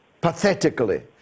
pathetically